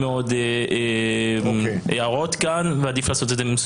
אני קורא לך, אבי, הגיעה השעה